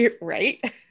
Right